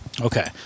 Okay